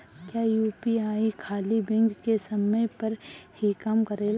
क्या यू.पी.आई खाली बैंक के समय पर ही काम करेला?